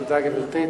תודה, גברתי.